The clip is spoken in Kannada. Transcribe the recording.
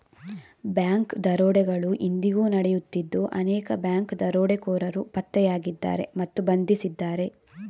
ಬ್ಯಾಂಕ್ ದರೋಡೆಗಳು ಇಂದಿಗೂ ನಡೆಯುತ್ತಿದ್ದು ಅನೇಕ ಬ್ಯಾಂಕ್ ದರೋಡೆಕೋರರು ಪತ್ತೆಯಾಗಿದ್ದಾರೆ ಮತ್ತು ಬಂಧಿಸಿದ್ದಾರೆ